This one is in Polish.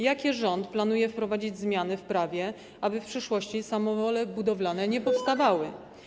Jakie rząd planuje wprowadzić zmiany w prawie, aby w przyszłości samowole budowlane nie powstawały?